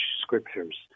scriptures